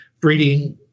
breeding